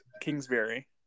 Kingsbury